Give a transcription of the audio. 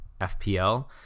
FPL